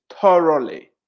thoroughly